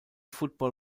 football